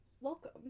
Welcome